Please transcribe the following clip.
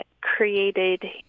created